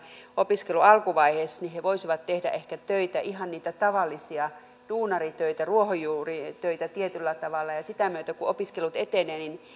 opiskelun alkuvaiheessa he voisivat tehdä ehkä töitä ihan niitä tavallisia duunaritöitä ruohonjuuritöitä tietyllä tavalla ja ja sitä myötä kun opiskelut etenevät